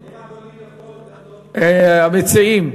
המציעים,